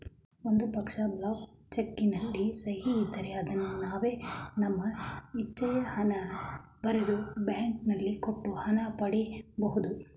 ಒಂದು ಪಕ್ಷ, blank cheque ನಲ್ಲಿ ಸಹಿ ಇದ್ದರೆ ಅದನ್ನು ನಾವೇ ನಮ್ಮ ಇಚ್ಛೆಯ ಹಣ ಬರೆದು, ಬ್ಯಾಂಕಿನಲ್ಲಿ ಕೊಟ್ಟು ಹಣ ಪಡಿ ಬಹುದು